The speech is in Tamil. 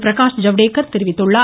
பிரகாஷ் ஜவ்டேகர் தெரிவித்துள்ளார்